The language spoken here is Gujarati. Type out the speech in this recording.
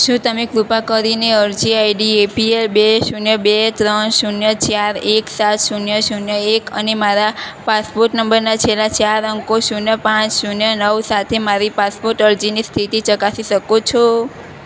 શું તમે કૃપા કરીને અરજી આઈડી એપીએલ બે શૂન્ય બે ત્રણ શૂન્ય ચાર એક સાત શૂન્ય શૂન્ય એક અને મારા પાસપોર્ટ નંબરના છેલ્લા ચાર અંકો શૂન્ય પાંચ શૂન્ય નવ સાથે મારી પાસપોર્ટ અરજીની સ્થિતિ ચકાસી શકો છો